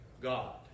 god